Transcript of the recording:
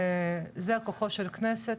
זה כוחה של הכנסת,